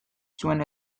zuen